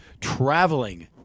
Traveling